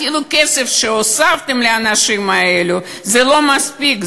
אפילו הכסף שהוספתם לאנשים האלה לא מספיק.